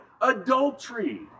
Adultery